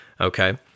Okay